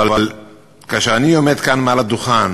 אבל כאשר אני עומד כאן, מעל הדוכן,